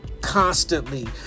constantly